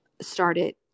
started